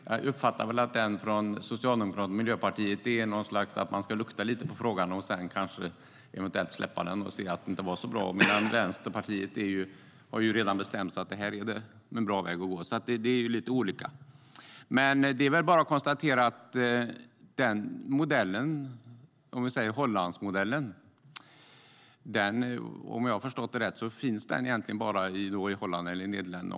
Jag uppfattar att den från Socialdemokraterna och Miljöpartiet handlar om att man ska "lukta lite" på frågan och därefter eventuellt släppa den eftersom förslaget inte är så bra, medan Vänsterpartiet redan bestämt sig för att det är en bra väg att gå. Det är lite olika mellan dem. Det är väl bara att konstatera att Hollandsmodellen, om jag förstått det rätt, endast finns i Holland, eller om man så vill Nederländerna.